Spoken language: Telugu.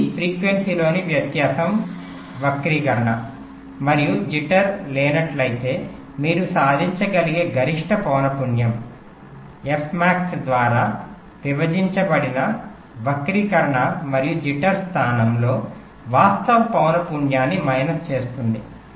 ఇది ఫ్రీక్వెన్సీలోని వ్యత్యాసం వక్రీకరణskew jitter మరియు జిట్టర్ లేనట్లయితే మీరు సాధించగలిగే గరిష్ట పౌన పున్యం ఎఫ్ మాక్స్ ద్వారా విభజించబడిన వక్రీకరణ మరియు జిట్టర్ స్థానంలో వాస్తవ పౌన పున్యాన్ని మైనస్ చేస్తుంది